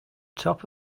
top